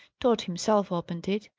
tod himself opened it.